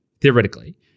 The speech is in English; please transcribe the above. theoretically